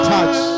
Touch